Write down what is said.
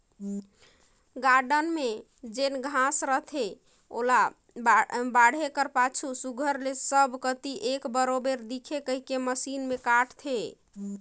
garden में जेन घांस रहथे ओला बाढ़े कर पाछू सुग्घर ले सब कती एक बरोबेर दिखे कहिके मसीन में काटथें